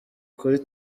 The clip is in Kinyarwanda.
kuri